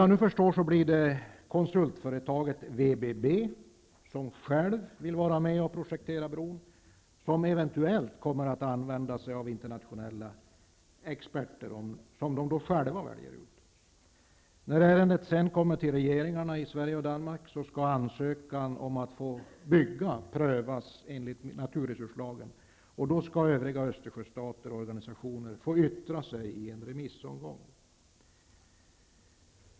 Vad jag förstår blir det konsultföretaget VBB, som själv vill vara med och projektera bron, som eventuellt kommer att använda sig av internationella experter som de själva väljer ut När ärendet sedan kommer till regeringarna i Sverige och Danmark skall ansökan om att få bygga prövas enligt naturresurslagen. Då skall övriga Östersjöstater och organisationer få yttra sig i en remissomgång.